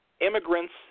immigrants